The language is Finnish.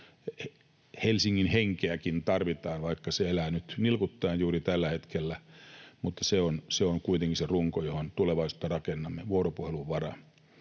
Helsingin henkeäkin tarvitaan, vaikka se elää nilkuttaen juuri tällä hetkellä, mutta se on kuitenkin se runko, johon tulevaisuutta rakennamme, vuoropuhelun varaan.